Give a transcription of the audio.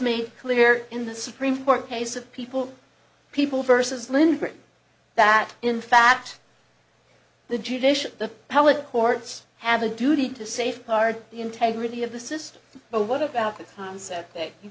made clear in the supreme court case of people people versus limbering that in fact the judicial the appellate courts have a duty to safeguard the integrity of the system but what about the concept that you